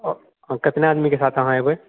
अऽ कितने आदमीके साथ अहाँ एबै